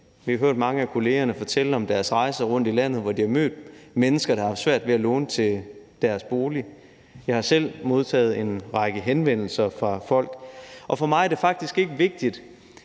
Vi har hørt mange af kollegerne fortælle om deres rejser rundt i landet, hvor de har mødt mennesker, der har haft svært ved at låne til en bolig. Jeg har selv modtaget en række henvendelser fra folk. Og for mig er det faktisk ikke vigtigt,